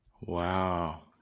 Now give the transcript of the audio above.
Wow